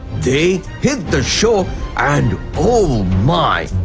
they hit the shore and oh my,